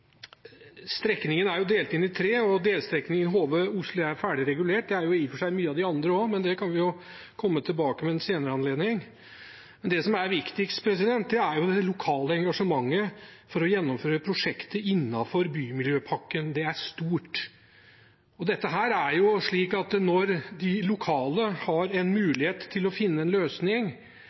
Strekningen er delt inn i tre, og delstrekningen Hove–Osli er ferdig regulert. Det er i og for seg mye av de andre også, men det kan vi komme tilbake til ved en senere anledning. Det som er viktigst, er at det lokale engasjementet for å gjennomføre prosjektet innenfor bymiljøpakken er stort. Det er slik at når de lokale har en mulighet til å finne en løsning,